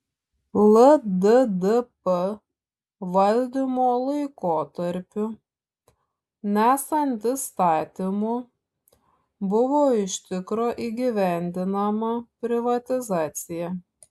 lddp valdymo laikotarpiu nesant įstatymų buvo iš tikro įgyvendinama privatizacija